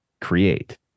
create